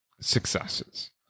successes